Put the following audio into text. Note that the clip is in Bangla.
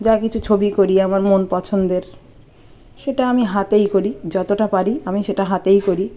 যা কিছু ছবি করি আমার মন পছন্দের সেটা আমি হাতেই করি যতটা পারি আমি সেটা হাতেই করি